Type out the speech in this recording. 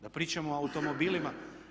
Da pričamo o automobilima?